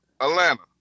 Atlanta